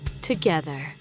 together